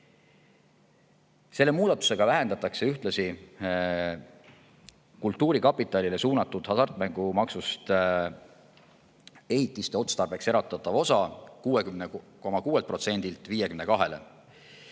Selle muudatusega vähendatakse ühtlasi Eesti Kultuurkapitalile suunatud hasartmängumaksust ehitiste otstarbeks eraldatavat osa 60,6%‑lt